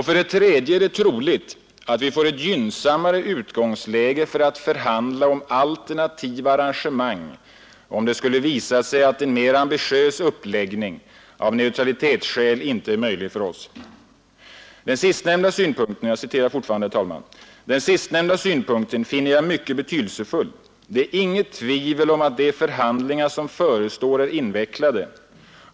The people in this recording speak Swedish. För det tredje är det troligt att vi får ett gynnsammare utgångsläge för att förhandla om alternativa arrangemang om det skulle visa sig att en mera ambitiös uppläggning av neutralitetsskäl inte är möjlig för oss. Den sistnämnda synpunkten finner jag mycket betydelsefull. Det är inget tvivel om att de förhandlingar som förestår är invecklade.